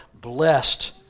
blessed